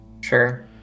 Sure